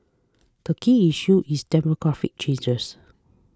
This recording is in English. the key issue is demographic changes